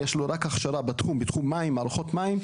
אלא רק הכשרה בתחום של מערכות מים,